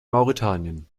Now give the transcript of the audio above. mauretanien